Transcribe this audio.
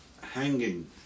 hanging